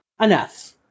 enough